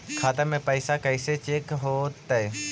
खाता में पैसा कैसे चेक हो तै?